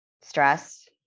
stress